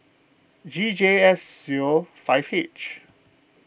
G J S zero five H